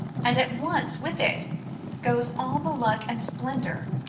and at once with it goes all the luck and splendour,